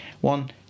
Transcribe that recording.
One